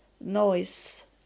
noise